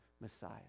Messiah